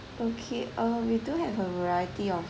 okay uh we do have a variety of